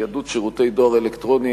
ניידות שירותי דואר אלקטרוני),